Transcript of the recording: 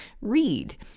read